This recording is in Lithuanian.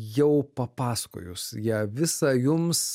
jau papasakojus ją visą jums